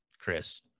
Chris